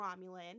Romulan